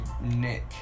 Nick